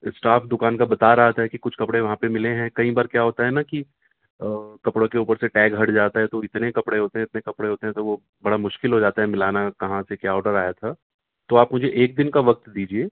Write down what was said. staff دکان کا بتا رہا تھا کہ کچھ کپڑے وہاں پہ ملے ہیں کئی بار کیا ہوتا ہے نا کہ کپڑوں کے اوپر سے ٹیگ ہٹ جاتا ہے تو اتنے کپڑے ہوتے ہیں اتنے کپڑے ہوتے ہیں تو وہ بڑا مشکل ہو جاتا ہے ملانا کہاں سے کیا آڈر آیا تھا تو آپ مجھے ایک دن کا وقت دیجیے